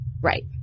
Right